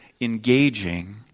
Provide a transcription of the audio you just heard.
engaging